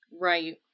right